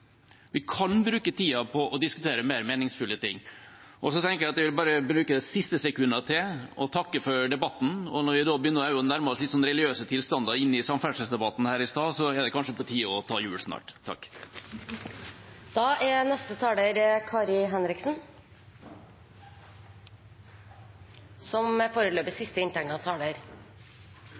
Vi kan bruke tida på å diskutere mer meningsfulle ting. Så vil jeg bare bruke de siste sekundene til å takke for debatten. Når vi begynner å nærme oss religiøse tilstander i samferdselsdebatten, som her i stad, er det kanskje på tide å ta jul snart. Jeg har lyst til å knytte noen kommentarer til den religiøse oppfatningen av samferdselssituasjonen på Sørlandet. Det er